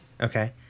Okay